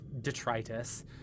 detritus